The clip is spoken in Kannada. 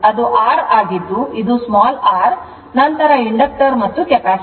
ಅದು R ಆಗಿದ್ದು ನಂತರ ಇದು r ನಂತರ inductor ಮತ್ತು capacitor